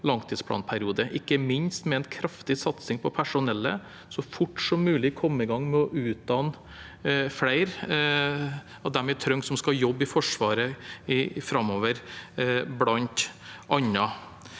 langtidsplanperiode, ikke minst med en kraftig satsing på personellet, med så fort som mulig å komme i gang med å utdanne flere av dem vi trenger til å jobbe i Forsvaret framover, bl.a.